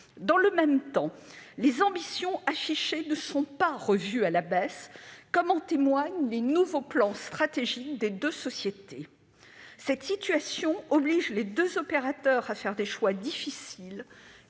Dans le même temps, les ambitions affichées ne sont pas revues à la baisse, comme en témoignent les nouveaux plans stratégiques des deux sociétés. Cette situation oblige les deux opérateurs à faire des choix difficiles,